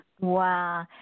Wow